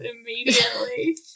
immediately